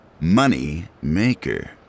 Moneymaker